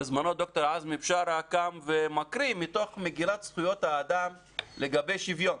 בזמנו ד"ר עזמי בשארה קם והקריא מתוך מגילת זכויות האדם לגבי שוויון,